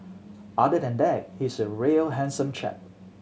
other than that he's a real handsome chap